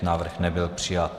Návrh nebyl přijat.